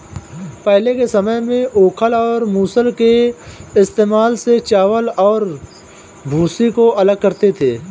पहले के समय में ओखल और मूसल के इस्तेमाल से चावल और भूसी को अलग करते थे